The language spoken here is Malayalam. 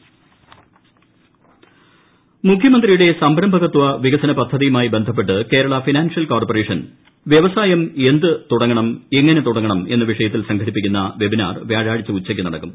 ക്ക് കൃഷ്ടക്ക് കൃഷ്ട വെബിനാർ മുഖ്യമന്ത്രിയുടെ സംരംഭകത്വ വികസന പദ്ധതിയുമായി ബന്ധപ്പെട്ട് കേരളാ ഫിനാൻഷ്യൽ കോർപ്പറേഷൻ വ്യവസായം എന്ത് തുടങ്ങണം എങ്ങനെ തുടങ്ങണം എന്ന വിഷയത്തിൽ സംഘടിപ്പിക്കുന്ന വെബിനാർ വ്യാഴാഴ്ച് ഉച്ചയ്ക്ക് നടക്കും